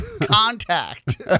contact